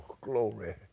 glory